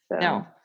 No